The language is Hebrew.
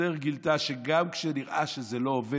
אסתר גילתה שגם כשנראה שזה לא עובד,